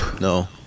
No